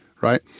right